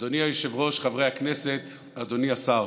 אדוני היושב-ראש, חברי הכנסת, אדוני השר,